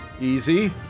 easy